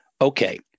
Okay